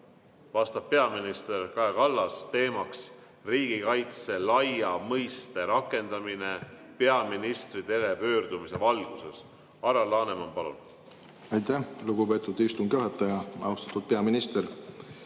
vastab peaminister Kaja Kallas, teema on riigikaitse laia mõiste rakendamine peaministri telepöördumise valguses. Alar Laneman, palun! Aitäh, lugupeetud istungi juhataja! Austatud peaminister!